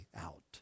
out